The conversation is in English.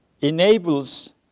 enables